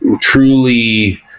truly